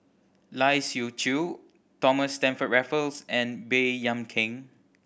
Lai Siu Chiu Thomas Stamford Raffles and Baey Yam Keng